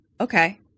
Okay